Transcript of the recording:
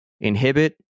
inhibit